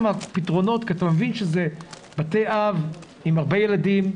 כי אתה מבין שזה בתי אב עם הרבה ילדים,